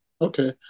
Okay